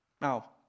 Now